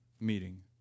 meeting